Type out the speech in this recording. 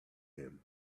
him